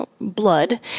blood